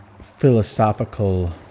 philosophical